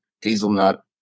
hazelnut